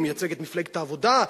מייצג את מפלגת העבודה?